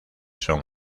son